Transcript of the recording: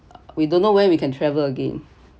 we don't know when we can travel again